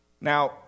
Now